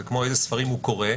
זה כמו איזה ספרים הוא קורא,